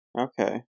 Okay